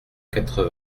quatre